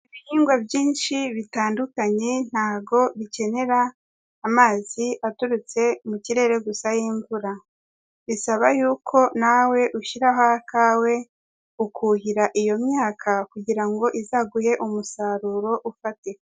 Ibihingwa byinshi bitandukanye ntago bikenera amazi aturutse mu kirere gusa y'imvura, bisaba yuko nawe ushyiraho akawe, ukuhira iyo myaka kugira ngo izaguhe umusaruro ufatika.